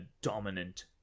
dominant